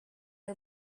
are